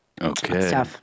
okay